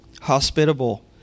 hospitable